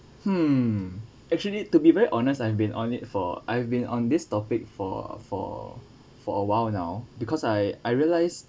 hmm actually to be very honest I've been on it for I've been on this topic for for for a while now because I I realise